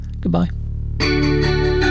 Goodbye